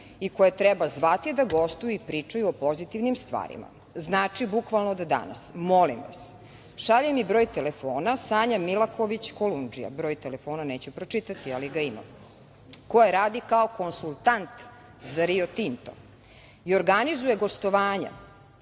i koje treba zvati da gostuju i pričaju o pozitivnim stvarima. Znači, bukvalno od danas, molim vas, šalje mi broj telefona Sanja Milaković Kolundžija, broj telefona neću pročitati, ali ga imam, koja radi kao konsultant za „Rio Tinto“ i organizuje gostovanja,